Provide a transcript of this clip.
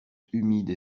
humide